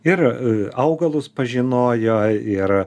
ir augalus pažinojo ir